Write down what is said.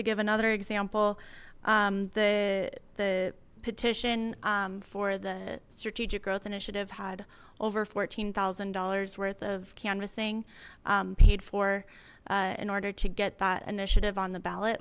to give another example the the petition for the strategic growth initiative had over fourteen thousand dollars worth of canvassing paid for in order to get that initiative on the ballot